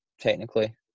technically